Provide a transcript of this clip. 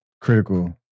critical